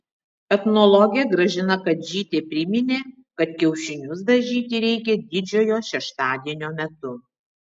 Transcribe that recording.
etnologė gražina kadžytė priminė kad kiaušinius dažyti reikia didžiojo šeštadienio metu